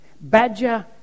Badger